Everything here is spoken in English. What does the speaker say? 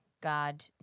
God